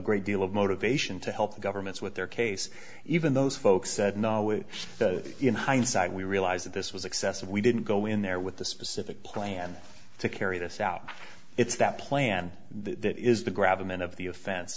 great deal of motivation to help the governments with their case even those folks said no it in hindsight we realize that this was excessive we didn't go in there with the specific plan to carry this out it's that plan that is the grab them and of the offen